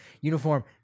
uniform